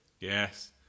Yes